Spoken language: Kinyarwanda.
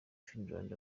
finland